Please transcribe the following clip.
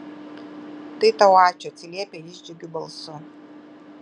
tai tau ačiū atsiliepia jis džiugiu balsu